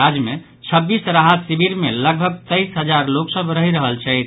राज्य मे छब्बीस राहत शिविर मे लगभग तैईस हजार लोक सभ रहि रहल छथि